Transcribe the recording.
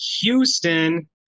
Houston